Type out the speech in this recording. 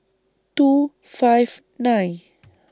two five nine